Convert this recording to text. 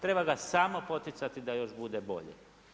Treba ga samo poticati da još bude bolje.